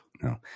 no